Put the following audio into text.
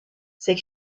ses